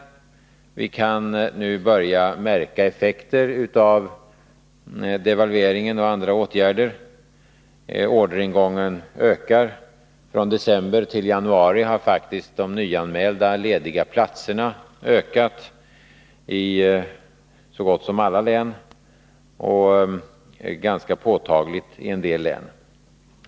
Vi börjar nu märka effekter av devalveringen och andra åtgärder. Orderingången ökar. Från december till januari har antalet nyanmälda lediga platser faktiskt ökat i så gott som alla län, och ganska påtagligt i en del län.